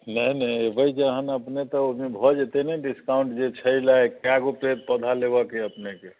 नहि नहि एबै जहन अपने तऽ ओहिमे भऽ जेतै ने डिस्काउण्ट जे छै लाएक कए गो पेड़ पौधा लेबऽके अइ अपनेकेँ